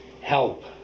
help